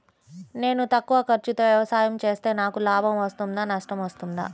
నేను తక్కువ ఖర్చుతో వ్యవసాయం చేస్తే నాకు లాభం వస్తుందా నష్టం వస్తుందా?